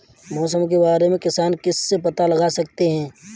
मौसम के बारे में किसान किससे पता लगा सकते हैं?